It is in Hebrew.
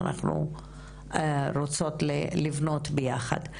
אנחנו רוצות לבנות ביחד,